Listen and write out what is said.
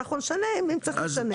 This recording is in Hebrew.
אם צריך נשנה.